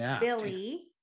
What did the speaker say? Billy